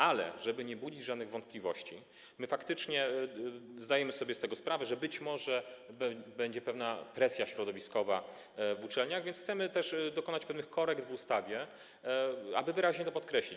Ale żeby nie budzić żadnych wątpliwości, bo faktycznie zdajemy sobie sprawę, że być może będzie pewna presja środowiskowa na uczelniach, chcemy też dokonać pewnych korekt w ustawie, aby wyraźnie to podkreślić.